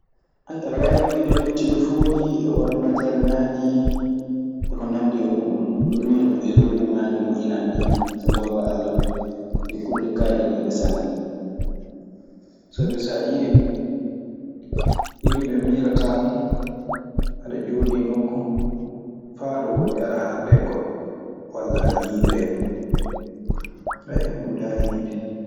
aɗa waawi wiide telefooji e ordinateerŋaaji e ko nandi e muuɗun ɗum nii non e robooŋaaji moƴƴinaaɗi ɗii. So ngoonga Alla, ɗii kulle kaa'iniiɗe sanne. Sabi saa ƴeewii yimɓe miilataano aɗe jooɗii nokku faa ɗo woɗɗi, aɗe haalda e goɗɗo. Walla aɗe yiida e mun. huunde haayniinde.